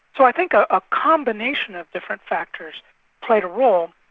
so i think ah a combination of different factors played a role,